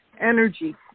energy